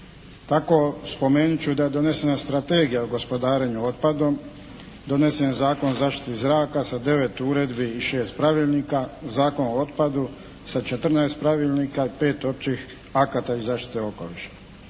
Tako spomenut ću da je donesena Strategija o gospodarenju otpadom. Donesen je Zakon o zaštiti zraka sa 9 uredbi i 6 pravilnika, Zakon o otpadu sa 14 pravilnika i 5 općih akata iz zaštite okoliša.